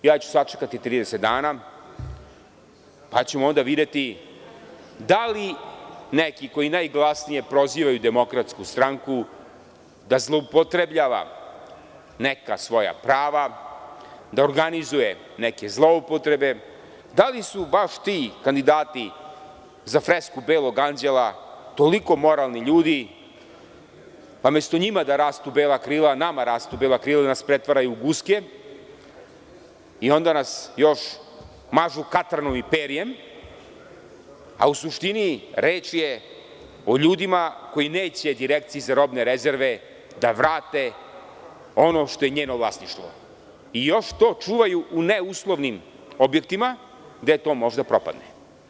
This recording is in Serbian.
Ja ću sačekati 30 dana, pa ćemo onda videti da li neki koji najglasnije prozivaju DS da zloupotrebljava neka svoja prava, da organizuje neke zloupotrebe, da li su baš ti kandidati za fresku Belog anđela toliko moralni ljudi, pa mesto njima da rastu bela krila, nama rastu bela krila jer nas pretvaraju u guske i onda nas još mažu katranom i perjem, a u suštini reč je o ljudima koji neće Direkciji za robne rezerve da vrate ono što je njeno vlasništvo i još to čuvaju u neuslovnim objektima, gde to može da propadne.